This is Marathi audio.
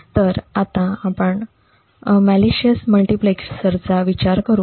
तर आता आपण मॅलिशिअसं मल्टीप्लेक्सरचा विचार करू